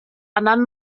anant